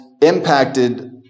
impacted